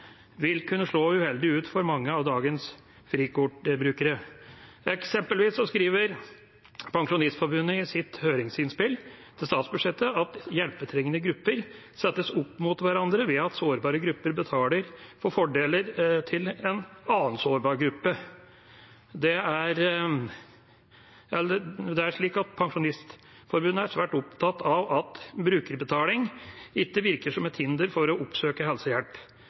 vil kunne slå uheldig ut for mange av dagens frikortbrukere. Eksempelvis skriver Pensjonistforbundet i sitt høringsinnspill til statsbudsjettet at hjelpetrengende grupper settes opp mot hverandre ved at sårbare grupper betaler for fordeler til en annen sårbar gruppe. Pensjonistforbundet er svært opptatt av at brukerbetaling ikke skal virke som et hinder for å oppsøke helsehjelp.